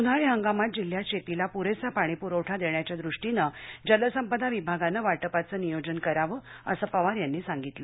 उन्हाळी हंगामात जिल्ह्यात शेतीला पुरेसा पाणीपुरवठा देण्याच्या दृष्टीनं जलसंपदा विभागानं वाटपाचं नियोजन करावं असं पवार यांनी सांगितलं